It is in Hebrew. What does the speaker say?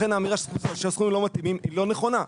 לכן האמירה שהסכומים לא מתאימים היא לא נכונה.